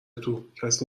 توکسی